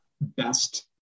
best